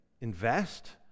invest